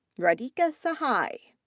radhika sahai.